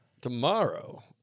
Tomorrow